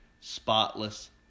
spotless